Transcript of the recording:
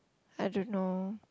I don't know